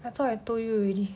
I thought I told you already